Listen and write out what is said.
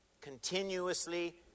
continuously